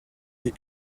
est